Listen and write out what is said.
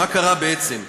מה קרה בעצם?